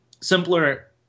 simpler